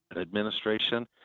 administration